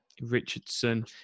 Richardson